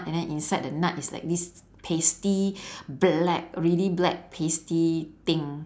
and then inside the nut is like this pasty black really black pasty thing